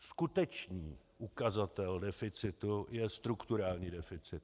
Skutečný ukazatel deficitu je strukturální deficit.